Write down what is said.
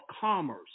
commerce